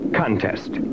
contest